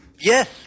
Yes